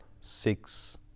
six